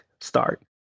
start